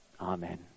Amen